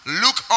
Look